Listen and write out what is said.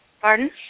Pardon